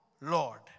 Lord